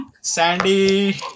Sandy